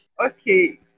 Okay